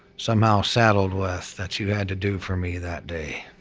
somehow saddled with that you had to do for me that day?